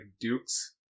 Dukes